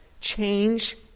change